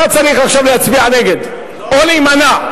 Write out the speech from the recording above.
אתה צריך עכשיו להצביע נגד או להימנע,